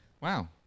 Wow